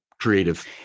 creative